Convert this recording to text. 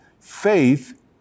Faith